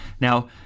Now